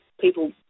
people